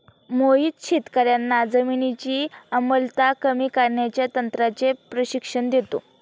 मोहित शेतकर्यांना जमिनीची आम्लता कमी करण्याच्या तंत्राचे प्रशिक्षण देतो